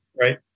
Right